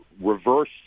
reverse